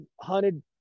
hunted